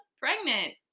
pregnant